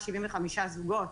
75 זוגות